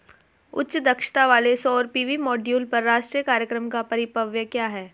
उच्च दक्षता वाले सौर पी.वी मॉड्यूल पर राष्ट्रीय कार्यक्रम का परिव्यय क्या है?